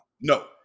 No